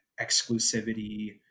exclusivity